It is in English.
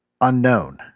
unknown